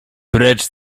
precz